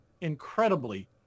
incredibly